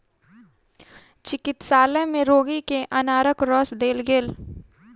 चिकित्सालय में रोगी के अनारक रस देल गेल